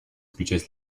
включать